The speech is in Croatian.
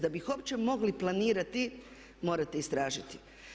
Da bi uopće mogli planirati, morate istražiti.